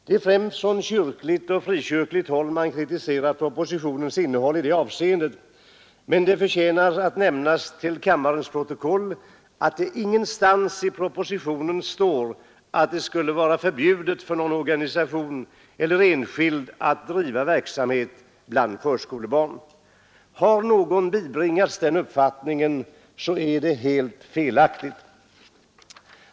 Det är främst från kyrkligt och frikyrkligt håll man kritiserat propositionens innehåll i det avseendet, men det förtjänar att nämnas till kammarens protokoll att det ingenstans i propositionen står att det skulle vara förbjudet för någon organisation eller enskild att driva verksamhet bland förskolebarn. Har någon bibringats den uppfattningen, så är det helt felaktigt.